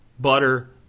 butter